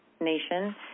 nation